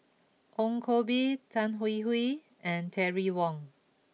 Ong Koh Bee Tan Hwee Hwee and Terry Wong